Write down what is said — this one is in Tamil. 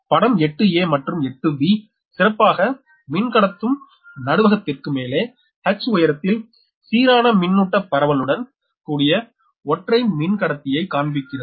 எனவே படம் 8மற்றும் 8 சிறப்பாக மின்கடத்தும் நடுவகத்திற்கு மேலே h உயரத்தில் சீரான மின்னூட்ட பரவலுடன் கூடிய ஒற்றை மின்கடத்தியை காண்பிக்கிறது